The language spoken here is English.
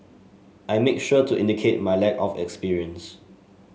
I make sure to indicate my lack of experience